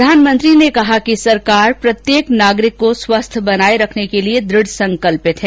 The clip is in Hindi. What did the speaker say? प्रधानमंत्री ने कहा कि सरकार प्रत्येक नागरिक को स्वस्थ बनाए रखने के लिए द्रढसंकल्प है